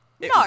No